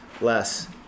less